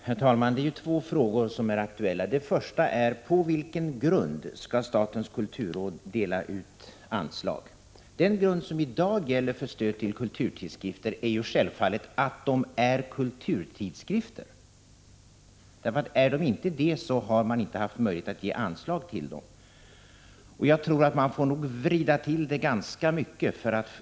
Herr talman! Det är två frågor som är aktuella. Den första frågan är: På vilken grund skall statens kulturråd dela ut anslag? Den grund som i dag gäller för stöd till kulturtidskrifter är självfallet att de är kulturtidskrifter. Är de inte det, har man inte någon möjlighet att ge anslag till dem. Jag tror att man får vrida till det ganska mycket för att kunna säga att — Prot.